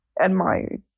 admired